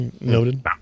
Noted